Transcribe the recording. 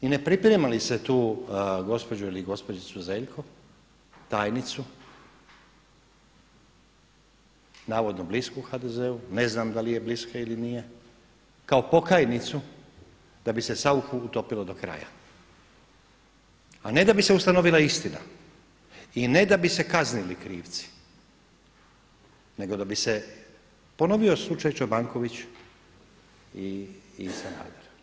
I ne … tu gospođu ili gospođu Zeljko tajnicu, navodno blisku HDZ-u, ne znam da li je bliska ili nije kao pokajnicu da bi se SAuchu utopilo do kraja, a ne da bi se ustanovila istina i ne da bi se kaznili krivci nego da bi se ponovio slučaj Čobanković i Sanader.